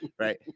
Right